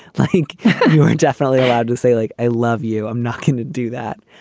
i think you are definitely allowed to say like, i love you. i'm not going to do that.